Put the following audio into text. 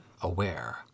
aware